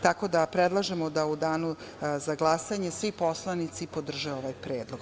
Tako da predlažemo da u danu za glasanje svi poslanici podrže ovaj predlog.